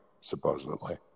supposedly